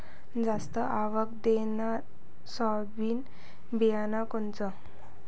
जास्त आवक देणनरं सोयाबीन बियानं कोनचं?